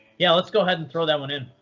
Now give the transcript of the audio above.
yeah, let's go ahead and throw that one in.